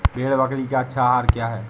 भेड़ बकरी का अच्छा आहार क्या है?